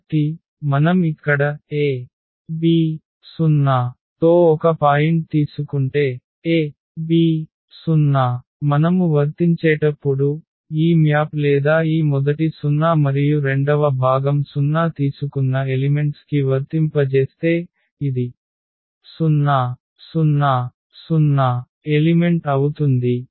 కాబట్టి మనం ఇక్కడ a b 0 తో ఒక పాయింట్ తీసుకుంటే a b 0 మనము వర్తించేటప్పుడు ఈ మ్యాప్ లేదా ఈ మొదటి 0 మరియు రెండవ భాగం 0 తీసుకున్న ఎలిమెంట్స్ కి వర్తింపజేస్తే ఇది 000 ఎలిమెంట్ అవుతుంది